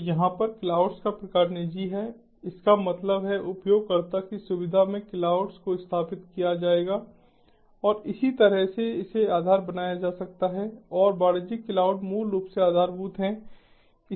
तो यहाँ पर क्लाउड्स का प्रकार निजी है इसका मतलब है उपयोगकर्ता की सुविधा में क्लाउड को स्थापित किया जाएगा और इसी तरह से इसे आधार बनाया जा सकता है और वाणिज्यिक क्लाउड मूल रूप से आधारभूत हैं